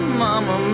mama